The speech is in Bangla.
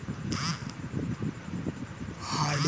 হার্ডিং মানে হয়ে কোনো খোলা জায়গায় ভেড়া চরানো